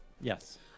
yes